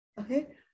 Okay